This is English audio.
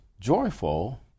joyful